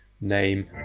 name